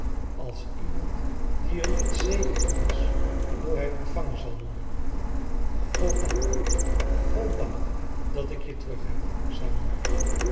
als iemand die er niet zeker van is hoe hij ontvangen zal worden goddank goddank dat ik je terug heb zei moeder